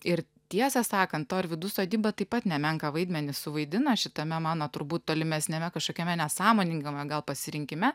ir tiesą sakant ta orvydų sodyba taip pat nemenką vaidmenį suvaidino šitame mano turbūt tolimesniame kažkokiame nesąmoningame gal pasirinkime